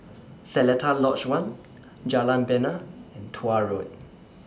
Seletar Lodge one Jalan Bena and Tuah Road